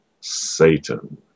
Satan